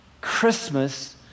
Christmas